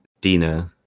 Dina